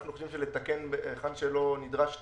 אנחנו חושבים שלתקן היכן שלא נדרש תיקון,